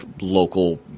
local